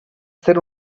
ser